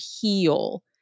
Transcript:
heal